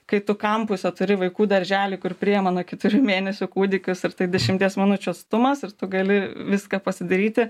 kai tu kampuse turi vaikų darželį kur priima nuo keturių mėnesių kūdikius ir tai dešimties minučių atstumas ir tu gali viską pasidaryti